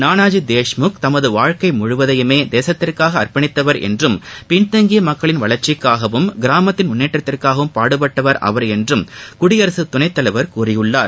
நானாஜி தேஷ்முக் தமது வாழ்க்கை முழுவதையுமே தேசத்திற்காக அர்ப்பணித்தவர் என்றும் பின்தங்கிய மக்களின் வளர்ச்சிக்காகவும் கிராமத்தின் முன்னேற்றத்திற்காகவும் பாடுபட்டவர் அவர் என்று குடியரசு துணைத்தலைவர் கூறியுள்ளார்